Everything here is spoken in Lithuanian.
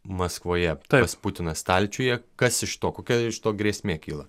maskvoje pas putiną stalčiuje kas iš to kokia iš to grėsmė kyla